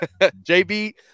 JB